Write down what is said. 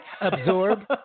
absorb